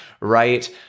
Right